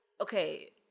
okay